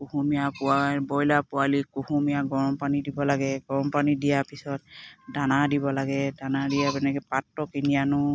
কুহুমীয়া পোৱা ব্ৰইলাৰ পোৱালি কুহুমীয়া গৰম পানী দিব লাগে গৰম পানী দিয়াৰ পিছত দানা দিব লাগে দানা দিয়া পেনেকে পাত্ৰ কিনি আনো